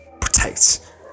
protect